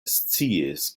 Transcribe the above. sciis